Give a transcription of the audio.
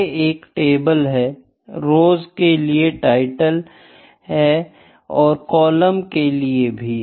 ये एक टेबल है रौस के लिए टाइटल है और कॉलम के लिए भी